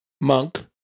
monk